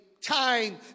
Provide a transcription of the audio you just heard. time